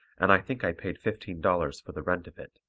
and i think i paid fifteen dollars for the rent of it.